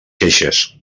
queixes